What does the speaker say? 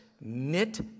knit